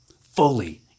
Fully